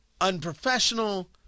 unprofessional